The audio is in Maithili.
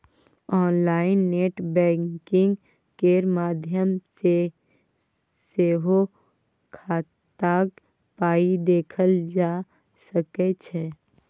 आनलाइन नेट बैंकिंग केर माध्यम सँ सेहो खाताक पाइ देखल जा सकै छै